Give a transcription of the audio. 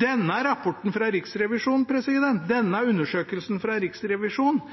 Denne rapporten og denne undersøkelsen er jo ikke noe bedre enn tidligere undersøkelser fra Riksrevisjonen